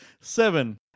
Seven